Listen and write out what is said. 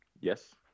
Yes